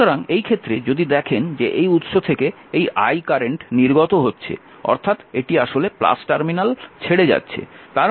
সুতরাং এই ক্ষেত্রে যদি দেখেন যে এই উৎস থেকে এই I কারেন্ট নির্গত হচ্ছে অর্থাৎ এটি আসলে এই টার্মিনাল ছেড়ে যাচ্ছে